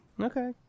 okay